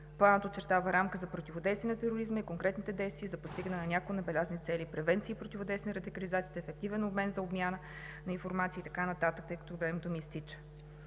Планът очертава рамка за противодействие на тероризма и конкретните действия за постигане на някои набелязани цели – превенции и противодействие на радикализацията, ефективен момент за обмяна на информация и така нататък. Друг елемент са